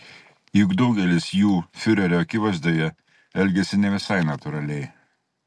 juk daugelis jų fiurerio akivaizdoje elgiasi ne visai natūraliai